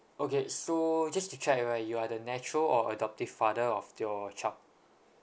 okay so just to check right you are the natural or adoptive father of your child